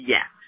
Yes